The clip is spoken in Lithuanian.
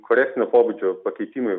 korekcinio pobūdžio pakeitimai